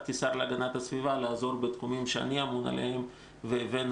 כשר להגנת הסביבה כדי לעזור בתחומים שאני אמון עליהם והבאנו